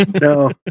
No